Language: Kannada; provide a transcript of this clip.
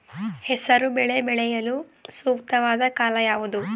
ಹೆಸರು ಬೇಳೆ ಬೆಳೆಯಲು ಸೂಕ್ತವಾದ ಕಾಲ ಯಾವುದು?